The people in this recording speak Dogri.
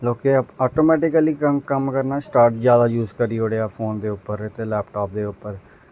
लोकें ऐटोमैटिकली कम्म करना स्टार्ट जादा यूज करी ओड़ेआ फोन दे उप्पर ते लैपटाप दे उप्पर